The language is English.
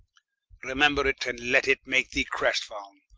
remember it, and let it make thee crest-falne,